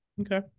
Okay